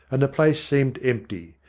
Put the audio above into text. and the place seemed empty.